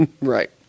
Right